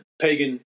pagan